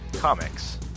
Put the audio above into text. Comics